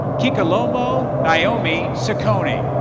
kikalomo naomi sacony